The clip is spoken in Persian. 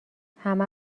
همه